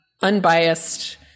unbiased